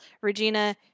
Regina